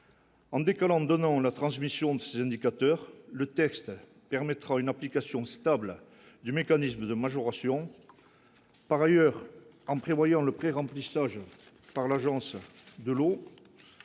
En décollant donnons la transmission de ces indicateurs, le texte permettra une application stable du mécanisme de majoration par ailleurs en prévoyant le pré-remplissage par l'Agence de l'eau